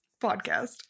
podcast